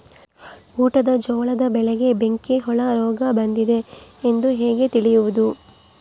ಊಟದ ಜೋಳದ ಬೆಳೆಗೆ ಬೆಂಕಿ ಹುಳ ರೋಗ ಬಂದಿದೆ ಎಂದು ಹೇಗೆ ತಿಳಿಯುವುದು?